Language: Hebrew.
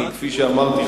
כפי שאמרתי,